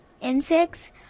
insects